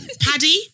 Paddy